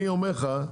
אני אומר לך,